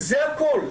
זה הכול.